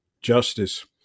Justice